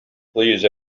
please